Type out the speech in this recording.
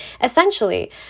essentially